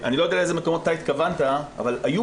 אני לא יודע לאיזה מקומות אתה התכוונת אבל היו